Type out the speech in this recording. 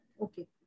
Okay